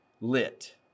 lit